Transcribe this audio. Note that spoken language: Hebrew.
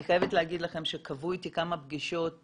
אני חייבת להגיד לכם שקבעו איתי כמה פגישות,